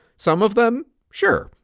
some of them? sure,